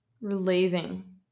Relieving